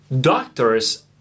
doctors